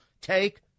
take